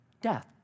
death